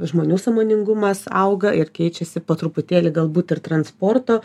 žmonių sąmoningumas auga ir keičiasi po truputėlį galbūt ir transporto